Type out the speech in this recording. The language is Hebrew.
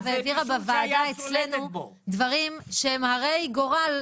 העבירה בוועדה אצלנו דברים שהם הרי גורל,